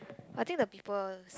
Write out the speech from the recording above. I think the people